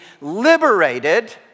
liberated